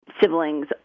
siblings